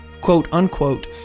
quote-unquote